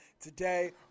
today